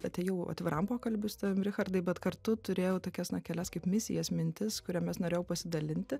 atėjau atviram pokalbiui su tavim richardai bet kartu turėjau tokias na kelias kaip misijas mintis kuriomis norėjau pasidalinti